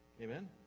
Amen